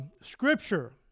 Scripture